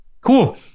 cool